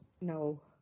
no